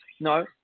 No